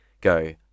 go